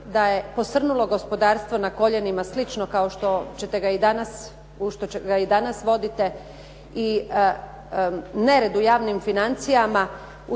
Hvala.